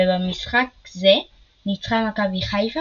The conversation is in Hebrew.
ובמשחק זה ניצחה מכבי חיפה,